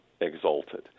exalted